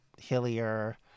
hillier